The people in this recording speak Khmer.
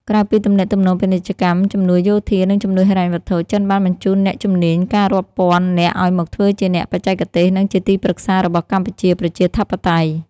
ក្រៅពីទំនាក់ទំនងពាណិជ្ជកម្ម ជំនួយយោធា និងជំនួយហិរញ្ញវត្ថុ ចិនបានបញ្ជូនអ្នកជំនាញ ការរាប់ពាន់នាក់ឱ្យមកធ្វើជាអ្នកបច្ចេកទេស និងជាទីប្រឹក្សារបស់កម្ពុជាប្រជាធិបតេយ្យ។